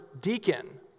deacon